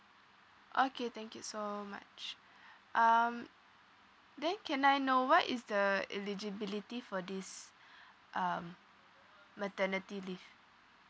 okay thank you so much um then can I know what is the eligibility for this um maternity leave